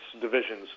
divisions